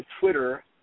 Twitter